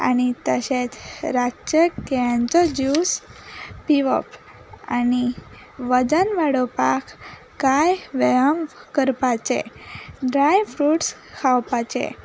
आनी तशेंत रातचें केळ्यांचो जूस पिवप आनी वजन वाडोवपाक कांय वेयाम करपाचे ड्राय फ्रुट्स खावपाचे